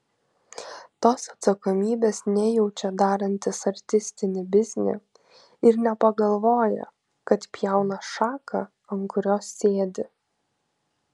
tos atsakomybės nejaučia darantys artistinį biznį ir nepagalvoja kad pjauna šaką ant kurios sėdi